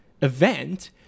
event